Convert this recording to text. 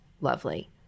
lovely